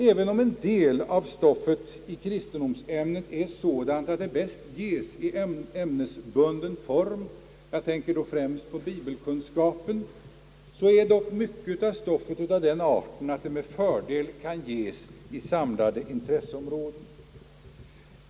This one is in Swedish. Även om en del av stoftet i kristendomsämnet är sådant att det bäst ges i ämnesbunden form — jag tänker då främst på bibelkunskapen — så är dock mycket av stoffet av den arten att det med fördel kan ges i samlade in tresseområden.